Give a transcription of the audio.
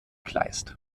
kleist